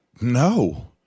No